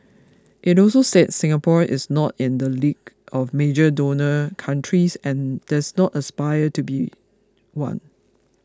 it also said Singapore is not in the league of major donor countries and does not aspire to be one